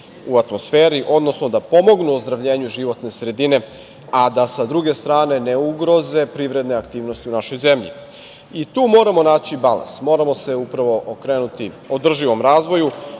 u atmosferi, odnosno da pomognu ozdravljenju životne sredine, a da sa druge strane ne ugroze privredne aktivnosti u našoj zemlji. Tu moramo naći balans. Moramo se okrenuti održivom razvoju,